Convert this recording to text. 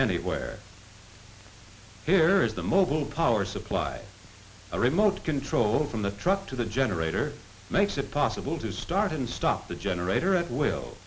anywhere here is the mobile power supply a remote control from the truck to the generator makes it possible to start and stop the generator at will